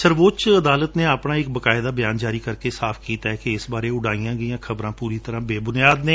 ਸਰਵੋਂਚ ਅਦਾਲਤ ਨੇ ਆਪਣਾ ਇੱਕ ਬਕਾਇਦਾ ਬਿਆਨ ਜਾਰੀ ਕਰਦੇ ਸਾਫ ਕੀਤੈ ਕਿ ਸਿ ਬਾਰੇ ਉਡਾਈਆਂ ਗਈਆਂ ਖਬਰਾਂ ਪੁਰੀ ਤਰੁਾਂ ਬੇਬੁਨਿਆਦ ਨੇ